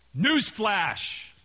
Newsflash